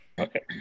okay